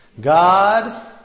God